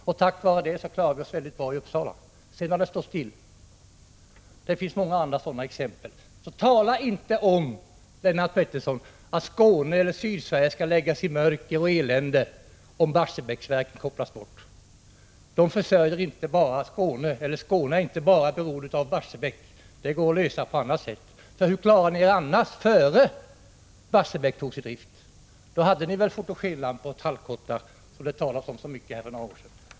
Tack vare denna mottrycksanläggning klarade vi oss mycket bra i Uppsala. Sedan dess har anläggningen stått still. Det finns många andra liknande exempel. Tala därför inte, Lennart Pettersson, om att Skåne eller Sydsverige skulle läggas i mörker och drabbas av elände om Barsebäcksverket kopplades bort! Skåne är inte bara beroende av Barsebäck. Det går att lösa energiförsörjningen på annat sätt. Hur klarade ni er annars innan Barsebäck togs i drift? Då hade ni väl fotogenlampor och tallkottar, som det talades så mycket om för några år sedan.